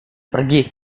pergi